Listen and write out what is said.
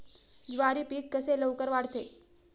ज्वारी पीक कसे लवकर वाढते?